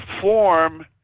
form